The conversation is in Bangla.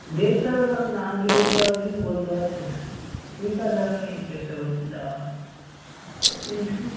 দেখতে হবে কারণ না গেলে তো আর কিছু বলতে পারছি না ঠিক আছে আমি চেষ্টা করছি যাওয়ার এ এইটুকু